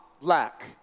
lack